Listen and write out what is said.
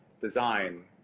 design